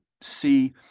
see